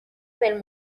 del